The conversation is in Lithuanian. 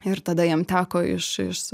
ir tada jiem teko iš iš